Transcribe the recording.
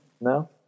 No